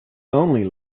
only